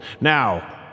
Now